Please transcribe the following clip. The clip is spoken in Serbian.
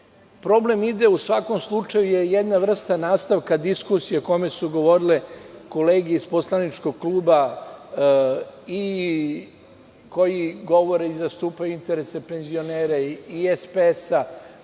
Problem ide, u svakom slučaju je jedna vrsta nastavka diskusije o kome su govorile kolege iz poslaničkog kluba i koji govore i zastupaju interese penzionera i SPS,